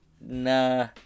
Nah